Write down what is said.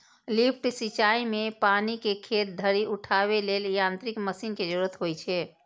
lift सिंचाइ मे पानि कें खेत धरि उठाबै लेल यांत्रिक मशीन के जरूरत होइ छै